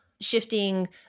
shifting